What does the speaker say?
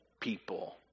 people